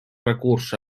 recurs